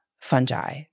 fungi